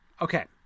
Okay